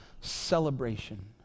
celebration